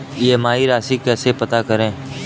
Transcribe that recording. EMI राशि कैसे पता करें?